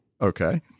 okay